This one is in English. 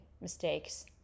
mistakes